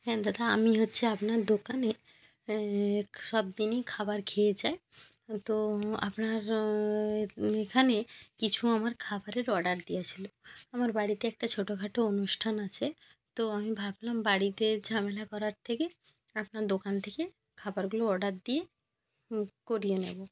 হ্যাঁ দাদা আমি হচ্ছে আপনার দোকানে সব দিনই খাবার খেয়ে যাই তো আপনার এখানে কিছু আমার খাবারের অর্ডার দেওয়া ছিল আমার বাড়িতে একটা ছোটখাটো অনুষ্ঠান আছে তো আমি ভাবলাম বাড়িতে ঝামেলা করার থেকে আপনার দোকান থেকে খাবারগুলো অর্ডার দিয়ে করিয়ে নেব